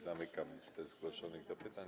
Zamykam listę zgłoszonych do pytań.